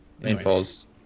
Rainfall's